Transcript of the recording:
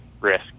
risk